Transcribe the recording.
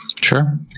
Sure